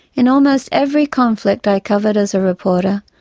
in almost every conflict i covered as a reporter,